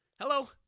Hello